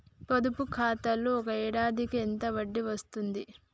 పొదుపు ఖాతాలో ఒక ఏడాదికి ఎంత వడ్డీ వస్తది?